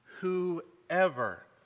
whoever